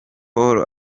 paul